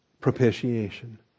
Propitiation